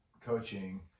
coaching